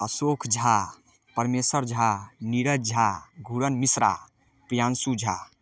Ashok Jha Parmeshar Jha Neeraj Jha Ghuran Mishra Priyanshu Jha